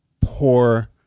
poor